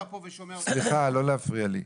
סליחה, לא להפריע לי,